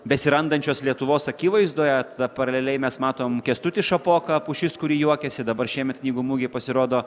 besirandančios lietuvos akivaizdoje tada paraleliai mes matom kęstutį šapoką pušis kuri juokiasi dabar šiemet knygų mugėj pasirodo